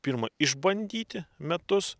pirma išbandyti metus